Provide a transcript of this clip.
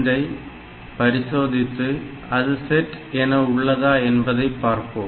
3 பரிசோதித்து அது செட் என உள்ளதா என்பதைப் பார்ப்போம்